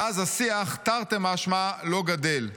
ואז השיח, תרתי משמע, לא גדל.